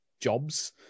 jobs